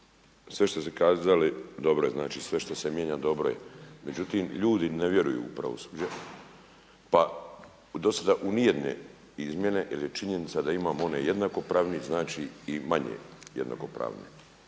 sve što ste kazali dobro je, znači sve što se mijenja dobro je, međutim ljudi ne vjeruju u pravosuđe pa u do sada u ni jedne izmjene jer je činjenica da imamo onaj jednakopravni znači i manje jednako pravni.